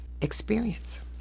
experience